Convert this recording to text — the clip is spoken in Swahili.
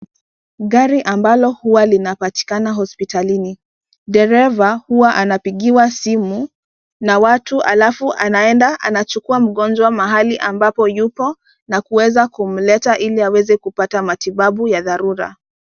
Gari ambalo hua linapatikana hospitalini. Dereva hua anapigiwa simu na watu halafu anaenda anachukua mgonjwa mahali ambapo yupo na kuweza kumlleta ili aweze kupata matibabu ya dharura.